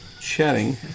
Chatting